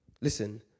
Listen